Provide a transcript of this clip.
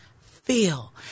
feel